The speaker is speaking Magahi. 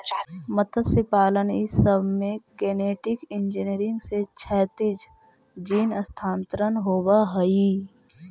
मत्स्यपालन ई सब में गेनेटिक इन्जीनियरिंग से क्षैतिज जीन स्थानान्तरण होब हई